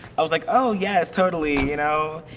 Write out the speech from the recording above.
i was like, oh yes, totally. you know?